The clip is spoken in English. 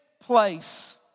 place